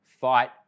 Fight